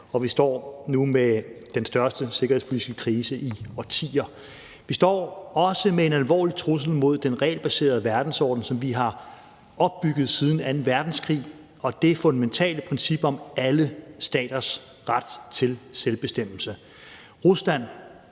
og vi står nu med den største sikkerhedspolitiske krise i årtier. Vi står også med en alvorlig trussel mod den regelbaserede verdensorden, som vi har opbygget siden anden verdenskrig, og det fundamentale princip om alle staters ret til selvbestemmelse. Rusland